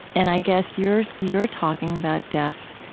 and i guess you're you're talking about death